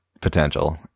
potential